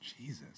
Jesus